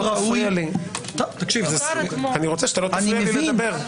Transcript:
ראוי- -- אני רוצה שלא תפריע לי לדבר.